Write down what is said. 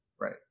Right